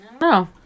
No